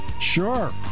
sure